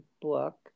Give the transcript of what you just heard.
book